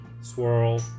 swirl